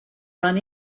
run